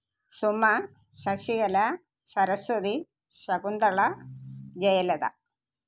Suma Sasikala Saraswathi Shakuntala Jayalatha